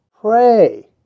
pray